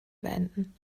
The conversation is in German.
beenden